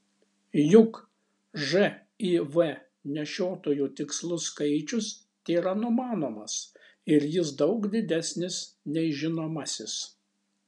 juk živ nešiotojų tikslus skaičius tėra numanomas ir jis daug didesnis nei žinomasis